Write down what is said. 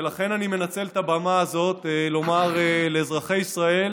ולכן אני מנצל את הבמה הזאת לומר לאזרחי ישראל